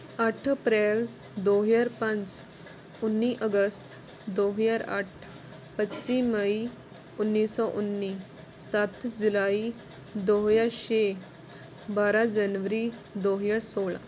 ਅੱਠ ਅਪ੍ਰੈਲ ਦੋ ਹਜ਼ਾਰ ਪੰਜ ਉੱਨੀ ਅਗਸਤ ਦੋ ਹਜ਼ਾਰ ਅੱਠ ਪੱਚੀ ਮਈ ਉੱਨੀ ਸੌ ਉੱਨੀ ਸੱਤ ਜੁਲਾਈ ਦੋ ਹਜ਼ਾਰ ਛੇ ਬਾਰ੍ਹਾਂ ਜਨਵਰੀ ਦੋ ਹਜ਼ਾਰ ਸੋਲ੍ਹਾਂ